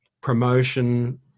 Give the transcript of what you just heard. promotion